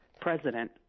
president